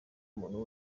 muntu